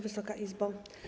Wysoka Izbo!